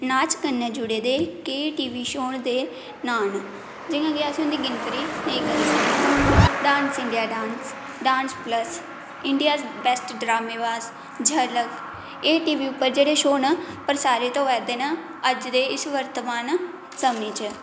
नाच कन्नै जुड़े दे केईं टी वी शो दे नांऽ न जियां कि अस इं'दी गिनतरी नेईं करी सकने न dance India dance dance plus India's best Dramebaaz Jhalak एह् टी वी उप्पर जेह्ड़े शो न प्रसारित होआ दे न अज्ज दे इस वर्तमान समें च